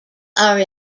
are